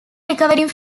recovering